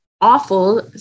awful